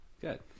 Good